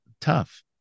tough